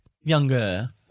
younger